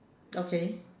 okay